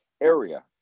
area